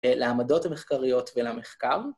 ‫לעמדות המחקריות ולמחקר.